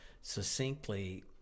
succinctly